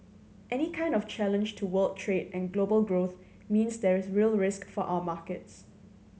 any kind of challenge to world trade and global growth means there is real risk for our markets